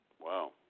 Wow